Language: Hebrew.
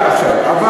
אתה מגביל בזמן.